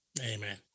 Amen